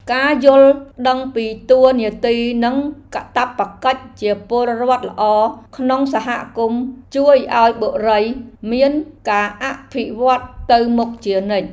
ការយល់ដឹងពីតួនាទីនិងកាតព្វកិច្ចជាពលរដ្ឋល្អក្នុងសហគមន៍ជួយឱ្យបុរីមានការអភិវឌ្ឍទៅមុខជានិច្ច។